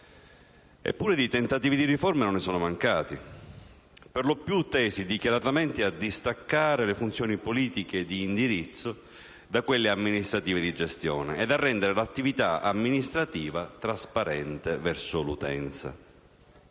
Eppure di tentativi di riforma non ne sono mancati, per lo più tesi dichiaratamente a distaccare le funzioni politiche di indirizzo da quelle amministrative di gestione e a rendere l'attività amministrativa trasparente verso l'utenza.